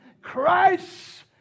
Christ